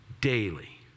daily